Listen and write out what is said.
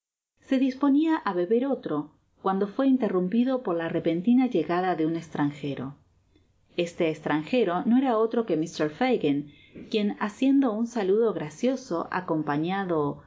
se disponia á beber otro cuando fué interrumpido por la repentina llegada de un estranjero este estranjero no era otro que mr fagin quien haciendo un saludo gracioso acompañado